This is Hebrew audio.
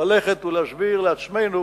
ללכת ולהסביר לעצמנו